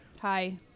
hi